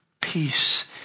peace